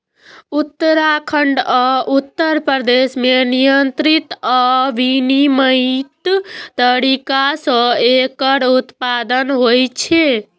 उत्तराखंड आ उत्तर प्रदेश मे नियंत्रित आ विनियमित तरीका सं एकर उत्पादन होइ छै